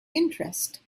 interest